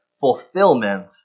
fulfillment